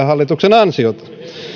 hallituksen ansiota